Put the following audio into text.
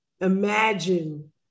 imagine